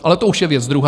Ale to už je věc druhá.